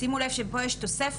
שימו לב שפה יש תוספת,